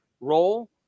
role